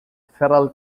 feral